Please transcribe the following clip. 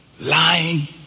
lying